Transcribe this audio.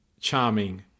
charming